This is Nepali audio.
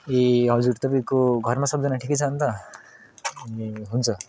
ए हजुर तपाईँको घरमा सबजना ठिकै छ अन्त ए हुन्छ